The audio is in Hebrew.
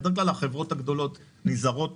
בדרך כלל החברות הגדולות נזהרות